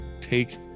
take